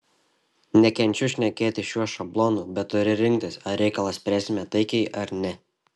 nekenčiu šnekėti šiuo šablonu bet turi rinktis ar reikalą spręsime taikiai ar ne